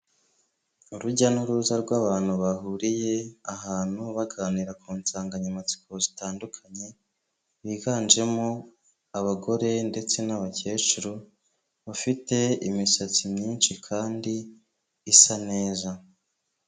Urujya n'uruza rw'abantu bahuriye ahantu baganira ku nsanganyamatsiko zitandukanye biganjemo abagore ndetse n'abakecuru bafite imisatsi myinshi kandi isa neza.